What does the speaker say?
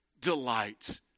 delight